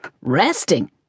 Resting